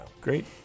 Great